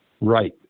Right